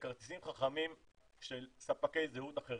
בכרטיסים חכמים של ספקי זהות אחרים,